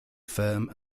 firm